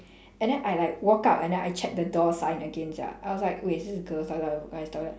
and then I like walk out and then I check the door sign again sia I was like wait is this girls' toilet or guys' toilet